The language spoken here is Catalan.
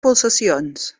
pulsacions